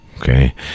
Okay